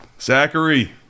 zachary